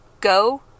go